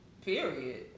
period